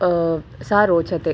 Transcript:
सा रोचते